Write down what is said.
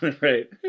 Right